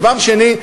דבר שני,